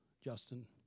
Justin